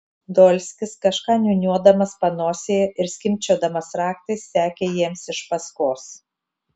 dolskis kažką niūniuodamas panosėje ir skimbčiodamas raktais sekė jiems iš paskos